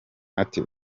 ati